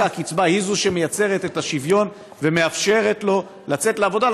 דווקא הקצבה היא שמייצרת את השוויון ומאפשרת לו לצאת לעבודה,